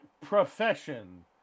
profession